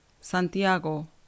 Santiago